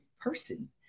person